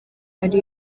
ari